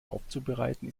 aufzubereiten